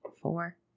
four